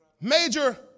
Major